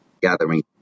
gathering